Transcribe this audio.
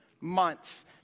months